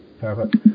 Perfect